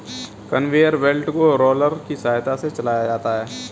conveyor belt को roller की सहायता से चलाया जाता है